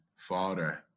father